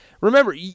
Remember